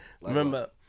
Remember